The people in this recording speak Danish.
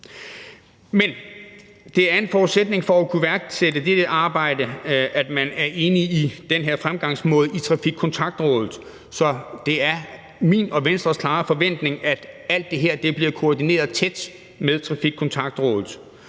Men det er en forudsætning for at kunne iværksætte dette arbejde, at man er enig i den her fremgangsmåde i Trafikkontaktrådet, så det er min og Venstres klare forventning, at alt det her bliver koordineret tæt med Trafikkontaktrådet.